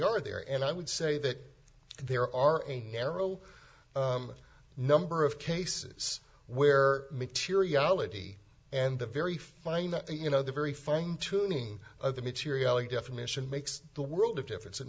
are there and i would say that there are a narrow number of cases where materiality and the very fine that you know the very fine tuning of the materiality definition makes the world of difference